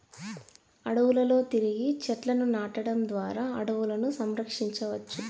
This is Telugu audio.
అడవులలో తిరిగి చెట్లను నాటడం ద్వారా అడవులను సంరక్షించవచ్చు